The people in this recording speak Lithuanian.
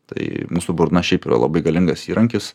tai mūsų burna šiaip yra labai galingas įrankis